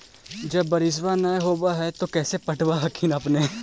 जब बारिसबा नय होब है तो कैसे पटब हखिन अपने?